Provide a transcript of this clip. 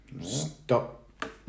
Stop